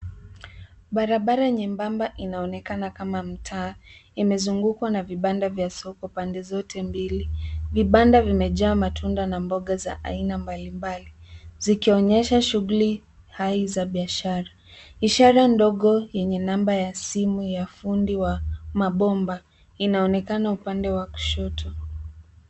Barabara nyembamba inaonekana kama mtaa imezungukwa na vibanda vya soko pande zote mbili. Vibanda vimejaa matunda na mboga za aina mbalimbali zikionyesha shughuli hai za biashara. Ishara ndogo yenye namba ya simu ya fundi wa mabomba inaonekana upande wa kushoto.